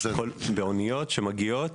באוניות שמגיעות.